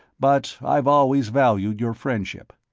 but i've always valued your friendship.